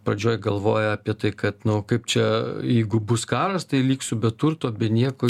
pradžioj galvoja apie tai kad nu kaip čia jeigu bus karas tai liksiu be turto be nieko